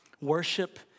Worship